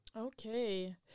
Okay